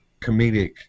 comedic